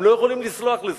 הם לא יכולים לסלוח על זה.